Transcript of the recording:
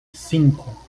cinco